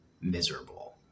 miserable